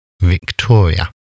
victoria